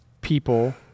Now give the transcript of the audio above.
people